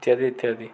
ଇତ୍ୟାଦି ଇତ୍ୟାଦି